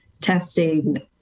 testing